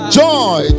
joy